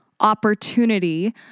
opportunity